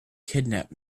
kidnap